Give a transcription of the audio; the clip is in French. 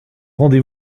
rendez